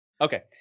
Okay